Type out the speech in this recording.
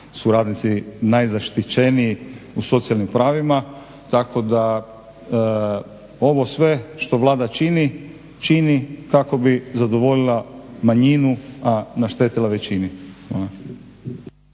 su radnici najzaštićeniji u socijalnim pravima, tako da ovo sve što Vlada čini, čini kako bi zadovoljila manjinu, a naštetila većini.